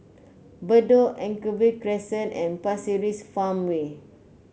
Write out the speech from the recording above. Bedok Anchorvale Crescent and Pasir Ris Farmway